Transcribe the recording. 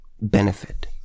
benefit